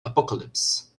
apocalypse